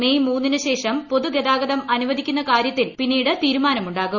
May മൂന്നിന് ശേഷം പൊതുഗതാഗതം അനുവദിക്കുന്ന കാര്യത്തിൽ പിന്നീട് തീരുമാനമുണ്ടാകും